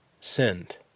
Send